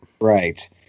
Right